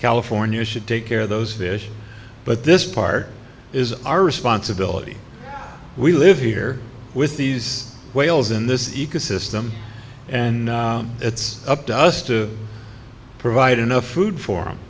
california should take care of those fish but this part is our responsibility we live here with these whales in this ecosystem and it's up to us to provide enough food for